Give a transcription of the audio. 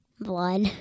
Blood